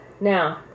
Now